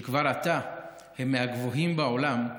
שכבר עתה הם מהגבוהים בעולם,